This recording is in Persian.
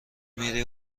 میری